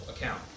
account